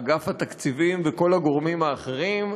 אגף התקציבים וכל הגורמים האחרים,